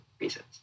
reasons